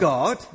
God